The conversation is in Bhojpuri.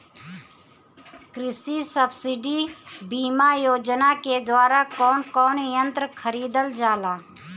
कृषि सब्सिडी बीमा योजना के द्वारा कौन कौन यंत्र खरीदल जाला?